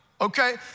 okay